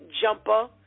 jumper